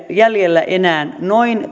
jäljellä enää noin